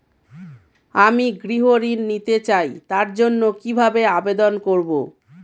আমি গৃহ ঋণ নিতে চাই তার জন্য কিভাবে আবেদন করব?